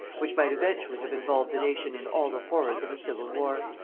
which might eventually have involved the nation in all the horrors of a civil war,